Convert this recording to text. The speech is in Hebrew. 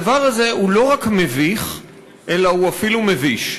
הדבר הזה הוא לא רק מביך אלא הוא אפילו מביש.